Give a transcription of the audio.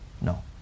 No